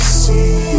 see